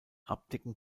abdecken